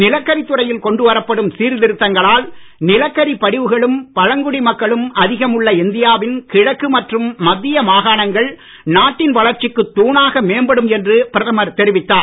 நிலக்கரித்துறையில் கொண்டுவரப்படும் நிலக்கரி படிவுகளும் பழங்குடி மக்களும் அதிகம் உள்ள இந்தியாவின் கிழக்கு மற்றும் மத்திய மாகாணங்கள் நாட்டின் வளர்ச்சிக்கு தூணாக மேம்படும் என்று பிரதமர் தெரிவித்தார்